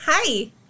Hi